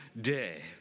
day